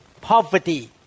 poverty